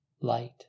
light